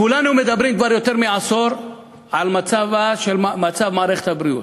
כולנו מדברים כבר יותר מעשור על מצב מערכת הבריאות,